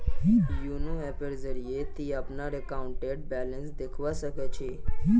YONO ऐपेर जरिए ती अपनार अकाउंटेर बैलेंस देखवा सख छि